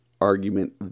argument